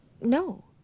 No